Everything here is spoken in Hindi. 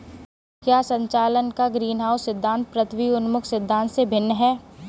क्या संचालन का ग्रीनहाउस सिद्धांत पृथ्वी उन्मुख सिद्धांत से भिन्न है?